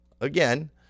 again